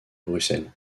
bruxelles